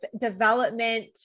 development